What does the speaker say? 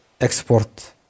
export